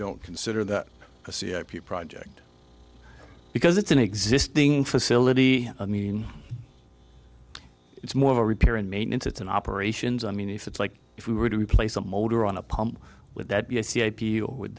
don't consider that a c f p project because it's an existing facility i mean it's more of a repair and maintenance it's an operations i mean if it's like if you were to replace a motor on a pump with that yes the ideal would